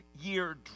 year